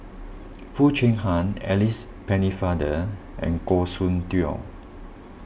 Foo Chee Han Alice Pennefather and Goh Soon Tioe